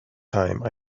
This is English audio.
time